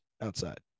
outside